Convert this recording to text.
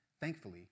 Thankfully